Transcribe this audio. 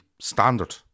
standard